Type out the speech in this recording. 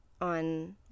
on